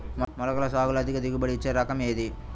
మొలకల సాగులో అధిక దిగుబడి ఇచ్చే రకం ఏది?